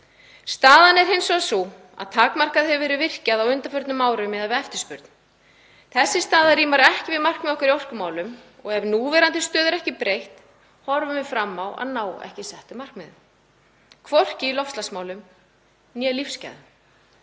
Staðan er hins vegar sú að takmarkað hefur verið virkjað á undanförnum árum miðað við eftirspurn. Þessi staða rímar ekki við markmið okkar í orkumálum. Ef núverandi stöðu er ekki breytt horfum við fram á að ná ekki settum markmiðum, hvorki í loftslagsmálum né lífsgæðum.